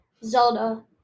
Zelda